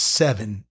seven